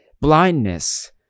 blindness